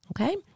Okay